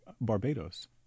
Barbados